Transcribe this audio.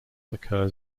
occurs